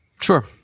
Sure